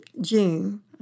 June